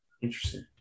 interesting